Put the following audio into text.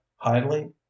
highly